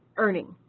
earning.